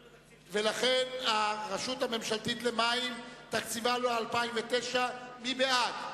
לכן, הרשות הממשלתית למים, תקציבה ל-2009, מי בעד?